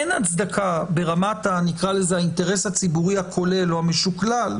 אין הצדקה ברמת נקרא לזה האינטרס הציבורי או המשוקלל,